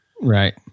Right